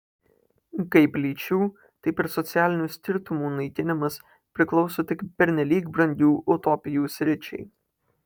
kaip lyčių taip ir socialinių skirtumų naikinimas priklauso tik pernelyg brangių utopijų sričiai